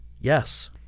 Yes